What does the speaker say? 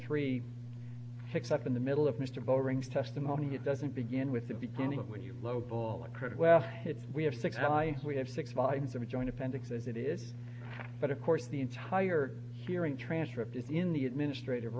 three picks up in the middle of mr bowring testimony it doesn't begin with the beginning of when you lowball a credit well it's we have six and i we have six volumes of a joint appendix as it is but of course the entire hearing transcript is in the administrative